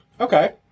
Okay